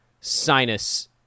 sinus